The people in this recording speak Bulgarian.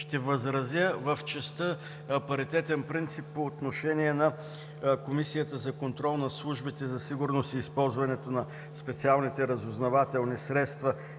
Ще възразя в частта на паритетен принцип по отношение на Комисията за контрол над службите за сигурност и използването на специалните разузнавателни средства